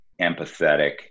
empathetic